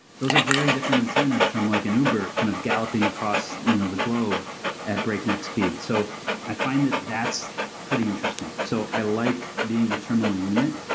those are very different incentives from like an uber kind of galloping across you know the globe at breakneck speed. so i find that that's pretty interesting. so i like being the terminal unit.